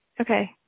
Okay